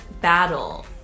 battle